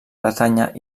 bretanya